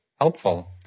helpful